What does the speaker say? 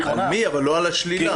לא על השלילה.